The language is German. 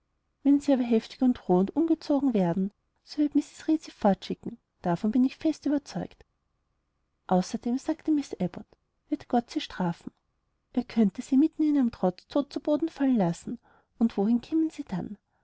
wenn sie aber heftig und roh und ungezogen werden so wird mrs reed sie fortschicken davon bin ich fest überzeugt außerdem sagte miß abbot wird gott sie strafen er könnte sie mitten in ihrem trotz tot zu boden fallen lassen und wohin kämen sie dann